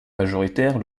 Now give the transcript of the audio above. majoritaire